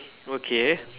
okay